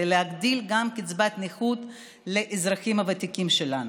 להגדיל את קצבת הנכות גם לאזרחים הוותיקים שלנו.